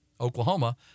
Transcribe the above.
Oklahoma